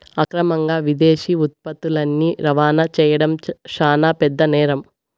అక్రమంగా విదేశీ ఉత్పత్తులని రవాణా చేయడం శాన పెద్ద నేరం